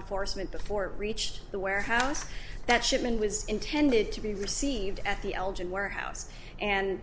enforcement before it reached the warehouse that shipment was intended to be received at the elgin warehouse and